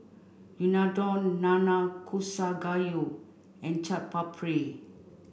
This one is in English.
Unadon Nanakusa Gayu and Chaat Papri